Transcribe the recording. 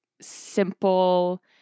simple